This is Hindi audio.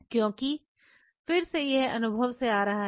क्योंकि फिर से यह अनुभव से आ रहा है